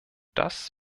das